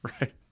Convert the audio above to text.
Right